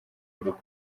urugo